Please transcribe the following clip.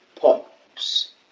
Pops